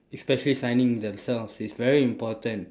especially signing themselves is very important